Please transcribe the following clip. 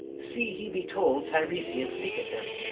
see he be told teiresias seeketh him.